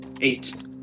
Eight